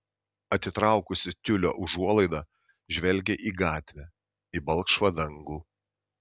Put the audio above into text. atitraukusi tiulio užuolaidą žvelgia į gatvę į balkšvą dangų